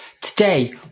Today